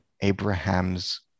abraham's